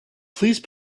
please